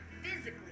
physically